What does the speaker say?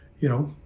you know,